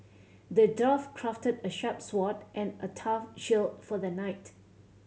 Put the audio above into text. the dwarf crafted a sharp sword and a tough shield for the knight